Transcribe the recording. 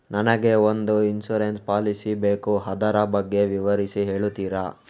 ನನಗೆ ಒಂದು insurance policy ಬೇಕು ಅದರ ಬಗ್ಗೆ ವಿವರಿಸಿ ಹೇಳುತ್ತೀರಾ?